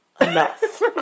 enough